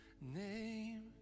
name